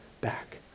back